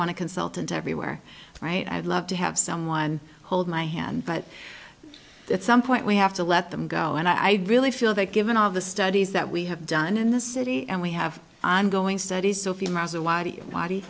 want to consultant everywhere right i'd love to have someone hold my hand but at some point we have to let them go and i really feel that given all the studies that we have done in this city and we have ongoing studies